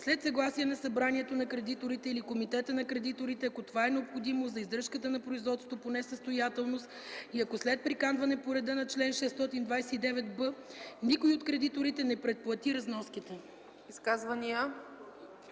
след съгласие на събранието на кредиторите или комитета на кредиторите, ако това е необходимо за издръжката на производството по несъстоятелност и ако след приканване по реда на чл. 629б никой от кредиторите не предплати разноските.”